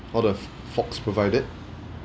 all the forks provided